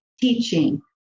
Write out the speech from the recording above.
teaching